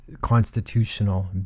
constitutional